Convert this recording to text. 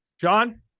John